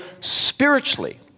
spiritually